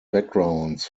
backgrounds